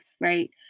right